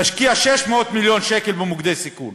נשקיע 600 מיליון שקל במוקדי סיכון,